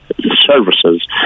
services